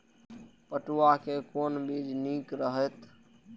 पटुआ के कोन बीज निक रहैत?